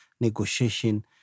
negotiation